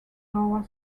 flower